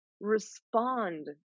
respond